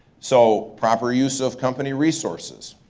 so proper use of company resources.